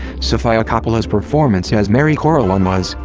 sofia coppola's performance as mary corleone was,